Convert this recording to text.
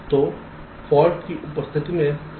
तो फॉल्ट की उपस्थिति में आउटपुट F अल्फा है